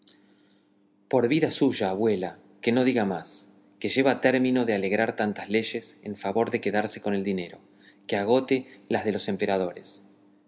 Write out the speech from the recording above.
por vida suya abuela que no diga más que lleva término de alegar tantas leyes en favor de quedarse con el dinero que agote las de los emperadores